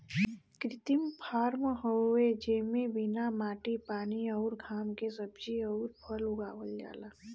कृत्रिम फॉर्म हवे जेमे बिना माटी पानी अउरी घाम के सब्जी अउर फल उगावल जाला